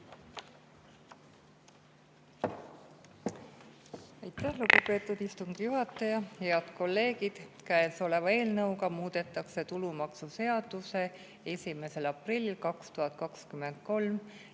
Aitäh, lugupeetud istungi juhataja! Head kolleegid! Käesoleva eelnõuga muudetakse tulumaksuseaduse 1. aprillil 2023